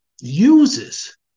uses